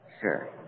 Sure